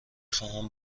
خواهم